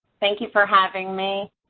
thank you for having me.